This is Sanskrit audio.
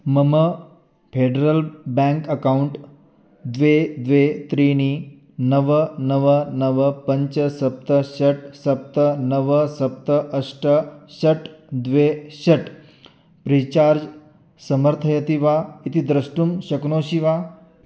मम पेड्रल् बेङ्क् अकौण्ट् द्वे द्वे त्रीणि नव नव नव पञ्च सप्त षट् सप्त नव सप्त अष्ट षट् द्वे षट् प्रीचार्ज् समर्थयति वा इति द्रष्टुं शक्नोषि वा